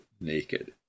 naked